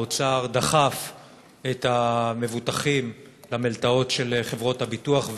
האוצר דחף את המבוטחים למלתעות של חברות הביטוח,